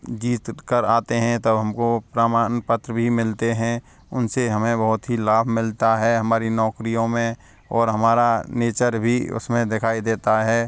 जीत कर आते हैं तब हम को प्रमाण पत्र भी मिलते हैं उनसे हमें बहुत ही लाभ मिलता है हमारी नौकरियों में और हमारा नेचर भी उसमें दिखाई देता है